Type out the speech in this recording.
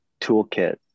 toolkit